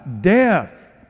death